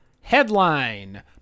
Headline